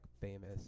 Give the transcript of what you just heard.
famous